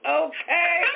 okay